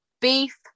Beef